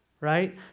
right